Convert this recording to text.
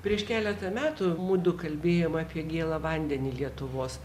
prieš keletą metų mudu kalbėjom apie gėlą vandenį lietuvos